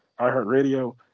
iHeartRadio